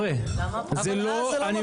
אבל אז זה לא מפריע לך.